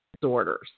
disorders